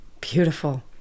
Beautiful